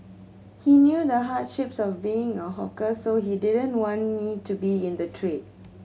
he knew the hardships of being a hawker so he didn't want me to be in the trade